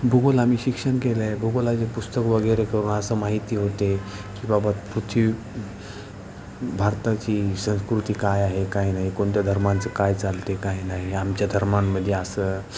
भूगोल आम्ही शिक्षण केलं आहे भूगोलाचे पुस्तकवगैरे करून असं माहिती होते की बाबा पृथ्वी भारताची संस्कृती काय आहे काय नाही कोणत्या धर्मांचं काय चालते काय नाही आमच्या धर्मामध्ये असं